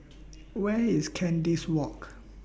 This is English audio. Where IS Kandis Walk